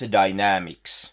dynamics